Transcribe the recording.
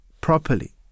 properly